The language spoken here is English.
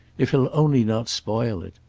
if he'll only not spoil it!